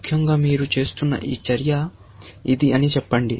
ముఖ్యంగా మీరు చేస్తున్న చర్య ఇది అని చెప్పండి